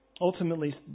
Ultimately